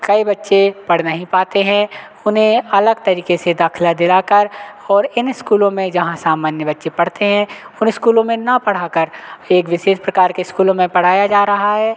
कई बच्चे पढ़ नहीं पाते हैं उन्हें अलग तरीके से दाखिला दिलाकर और इन स्कूलों में जहाँ सामान्य बच्चे पढ़ते हैं उन स्कूलों में ना पढ़ाकर एक विशेष प्रकार के स्कूलों में पढ़ाया जा रहा है